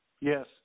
Yes